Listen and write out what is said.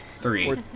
Three